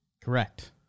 Correct